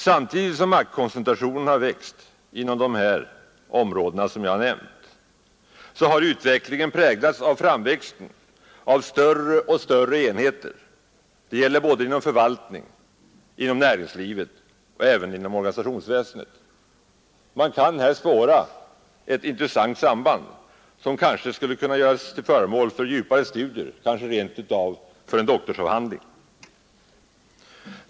Samtidigt som maktkoncentrationen har växt inom de områden som jag nu har nämnt har utvecklingen präglats av framväxten av allt större och större enheter. Detta gäller såväl inom förvaltningen som inom näringslivet och inom organisationsväsendet. Man kan här spåra ett mycket intressant samband, som kanske skulle kunna göras till föremål för djupgående studier, kanske rent av bli en doktorsavhandling.